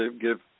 give